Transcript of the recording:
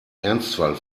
ernstfall